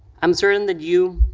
i'm certain that you,